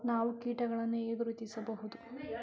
ನಾವು ಕೀಟಗಳನ್ನು ಹೇಗೆ ಗುರುತಿಸಬಹುದು?